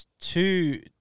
two